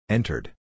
Entered